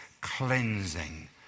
cleansing